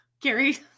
gary